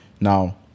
Now